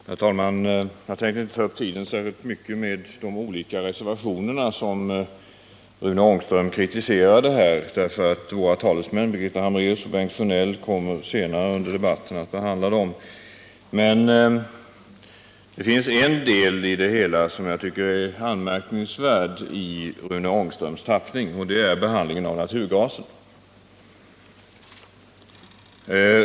Herr talman! Jag tänker inte ta upp tiden med att tala för de olika reservationer som Rune Ångström kritiserade. Våra talesmän, Birgitta Hambraeus och Bengt Sjönell, kommer senare i debatten att behandla dem. Det finns en sak som jag tycker är anmärkningsvärd i Rune Ångströms tappning, och det är behandlingen av naturgasen.